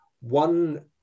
One